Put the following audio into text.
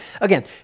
Again